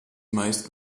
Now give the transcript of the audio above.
meist